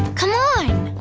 come on.